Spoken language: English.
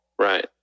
Right